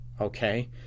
okay